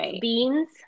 beans